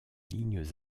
lignes